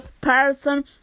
person